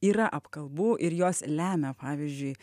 yra apkalbų ir jos lemia pavyzdžiui